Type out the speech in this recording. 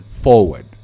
forward